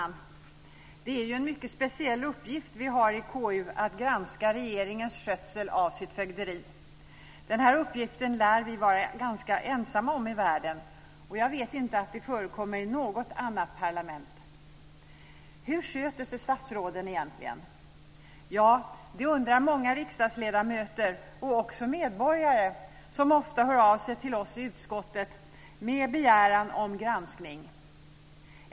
Fru talman! Det är en mycket speciell uppgift vi i KU har att granska regeringens skötsel av sitt fögderi. Den här uppgiften lär vi vara ganska ensamma om i världen. Jag vet inte att det förekommer i något annat parlament. Hur sköter sig statsråden egentligen? Ja, det undrar många riksdagsledamöter, och också medborgare som ofta hör av sig till oss i utskottet med begäran om granskning.